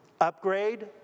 upgrade